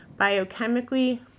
biochemically